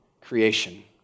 creation